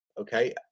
okay